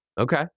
Okay